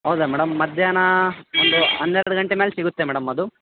ಹೌದಾ ಮೇಡಮ್ ಮಧ್ಯಾಹ್ನ ಒಂದು ಹನ್ನೆರಡು ಗಂಟೆ ಮ್ಯಾಲೆ ಸಿಗುತ್ತೆ ಮೇಡಮ್ ಅದು